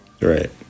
Right